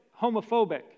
homophobic